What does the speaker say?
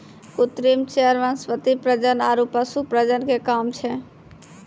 कृत्रिम चयन वनस्पति प्रजनन आरु पशु प्रजनन के काम छै